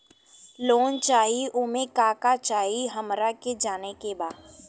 Loan चाही उमे का का चाही हमरा के जाने के बा?